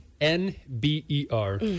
N-B-E-R